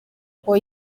ngo